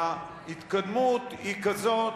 ההתקדמות היא כזאת,